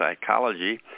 psychology